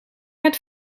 het